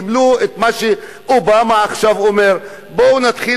קיבלו מה שאובמה עכשיו אומר: בואו נתחיל